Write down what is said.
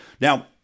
Now